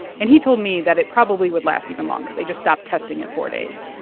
and he told me that it probably would last even longer. they just stopped testing at four days.